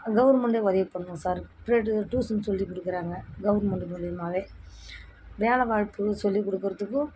கவுர்மெண்டே உதவி பண்ணும் sir free to tuition சொல்லிக் கொடுக்கறாங்க கவுர்மெண்டு மூலிமாவே வேலைவாய்ப்பு சொல்லிக் கொடுக்கறதுக்கும்